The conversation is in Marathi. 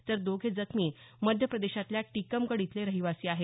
तर दोघे जखमी मध्यप्रदेशातल्या टिकमगड इथले रहिवासी आहेत